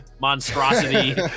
monstrosity